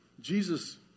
Jesus